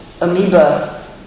amoeba